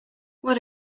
what